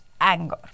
anger